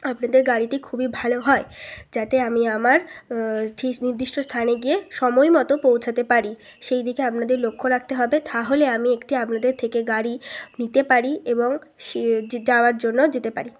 আপনাদের গাড়িটি খুবই ভালো হয় যাতে আমি আমার ঠিস নির্দিস্ট স্থানে গিয়ে সময়মতো পৌঁছাতে পারি সেই দিকে আপনাদের লক্ষ্য রাখতে হবে তাহলে আমি একটি আপনাদের থেকে গাড়ি নিতে পারি এবং সে যাওয়ার জন্য যেতে পারি